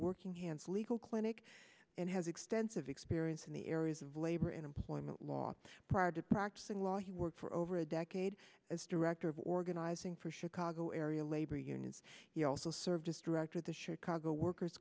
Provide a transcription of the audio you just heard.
working hands legal clinic and has extensive experience in the areas of labor in employment law prior to practicing law he worked for over a decade as director of organizing for chicago area labor unions he also served as director of the shirt cargo workers